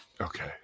Okay